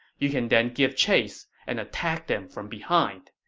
you can then give chase and attack them from behind.